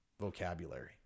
vocabulary